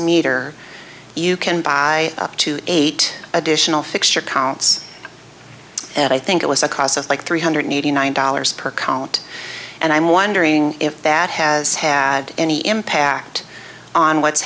meter you can buy up to eight additional fixture counts and i think it was a cause of like three hundred eighty nine dollars per count and i'm wondering if that has had any impact on what's